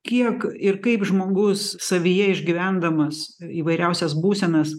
kiek ir kaip žmogus savyje išgyvendamas įvairiausias būsenas